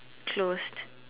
closed